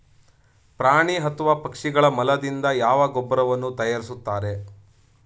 ಪ್ರಾಣಿ ಅಥವಾ ಪಕ್ಷಿಗಳ ಮಲದಿಂದ ಯಾವ ಗೊಬ್ಬರವನ್ನು ತಯಾರಿಸುತ್ತಾರೆ?